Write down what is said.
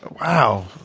wow